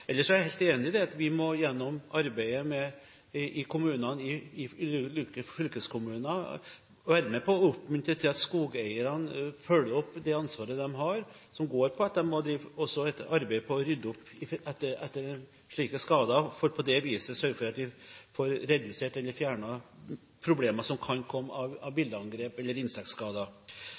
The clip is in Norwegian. er jeg helt enig i at vi gjennom arbeidet i kommunene, i ulike fylkeskommuner, må være med på å oppmuntre til at skogeierne følger opp det ansvaret de har, som går på at de også må drive et arbeid for å rydde opp etter slike skader, for på den måten å sørge for at vi får redusert eller fjernet problemer som kan komme av billeangrep eller